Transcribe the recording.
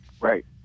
Right